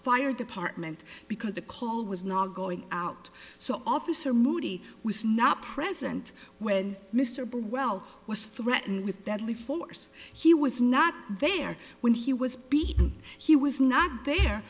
fire department because the call was not going out so officer moody was not present when mr bell well was frightened with deadly force he was not there when he was beaten he was not there